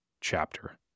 chapter